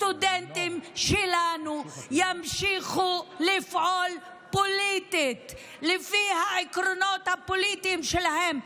הסטודנטים שלנו ימשיכו לפעול פוליטית לפי העקרונות הפוליטיים שלהם.